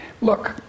Look